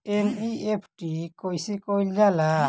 NEFT कइसे कइल जाला?